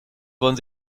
wollen